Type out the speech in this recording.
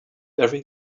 every